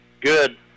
good